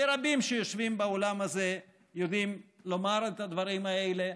ורבים שיושבים באולם הזה יודעים לומר את הדברים האלה,